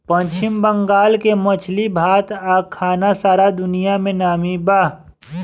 पश्चिम बंगाल के मछली भात आ खाना सारा दुनिया में नामी बा